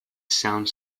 sound